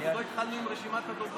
עוד לא התחלנו עם רשימת הדוברים.